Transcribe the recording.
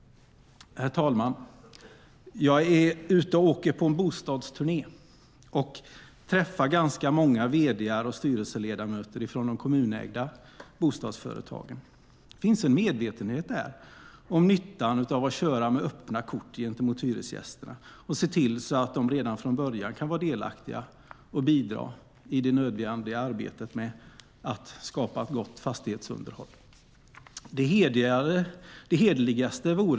Herr talman! Jag är ute på en bostadsturné och träffar ganska många vd:ar och styrelseledamöter från de kommunägda bostadsföretagen. Det finns en medvetenhet där om nyttan av att köra med öppna kort gentemot hyresgästerna och se till att de redan från början kan vara delaktiga och bidra i det nödvändiga arbetet med att skapa ett gott fastighetsunderhåll.